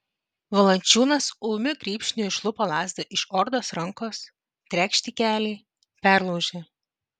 valančiūnas ūmiu grybšniu išlupo lazdą iš ordos rankos trekšt į kelį perlaužė